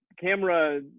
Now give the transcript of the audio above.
camera